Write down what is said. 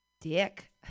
dick